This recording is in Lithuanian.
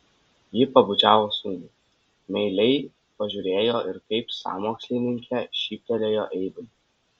ji pabučiavo sūnų meiliai pažiūrėjo ir kaip sąmokslininkė šyptelėjo eivai